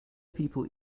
people